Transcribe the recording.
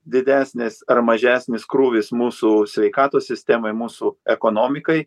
didesnis ar mažesnis krūvis mūsų sveikatos sistemai mūsų ekonomikai